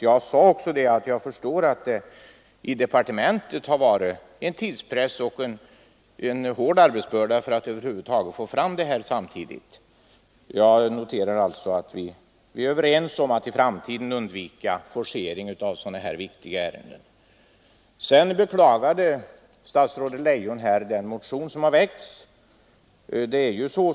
Som jag tidigare framhöll förstår jag att man i departementet har haft en tidspress och en hård arbetsbörda för att över huvud taget få fram de här förslagen samtidigt. Jag noterar alltså att vi är överens om att i framtiden undvika forcering av sådana viktiga ärenden. Sedan beklagade statsrådet Leijon den motion som har väckts.